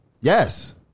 Yes